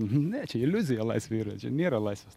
ne čia iliuzija laisvė yra nėra laisvės